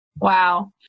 Wow